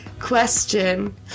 question